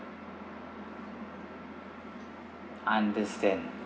understand